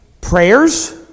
prayers